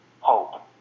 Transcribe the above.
hope